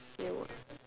ya we